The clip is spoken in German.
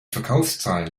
verkaufszahlen